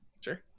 sure